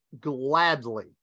gladly